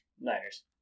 Niners